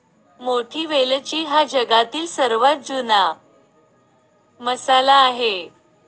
मोठी वेलची हा जगातील सर्वात जुना मसाला आहे